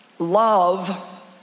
Love